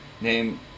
name